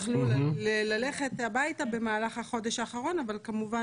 יכלו ללכת הביתה במהלך החודש האחרון אבל כמובן